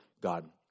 God